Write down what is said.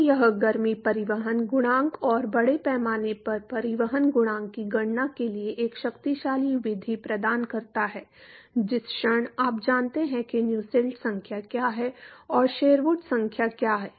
तो यह गर्मी परिवहन गुणांक और बड़े पैमाने पर परिवहन गुणांक की गणना के लिए एक शक्तिशाली विधि प्रदान करता है जिस क्षण आप जानते हैं कि नुसेल्ट संख्या क्या है और शेरवुड संख्या क्या है